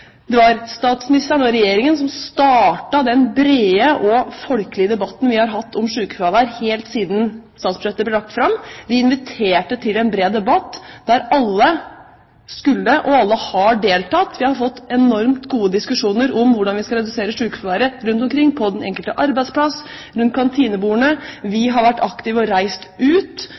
Det var statsministeren og Regjeringen som startet den brede og folkelige debatten vi har hatt om sykefravær helt siden statsbudsjettet ble lagt fram. Vi inviterte til en bred debatt der alle skulle delta. Og alle har deltatt. Vi har fått enormt gode diskusjoner om hvordan vi skal redusere sykefraværet, rundt omkring på den enkelte arbeidsplass og rundt kantinebordene. Vi har vært aktive og reist ut